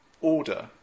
order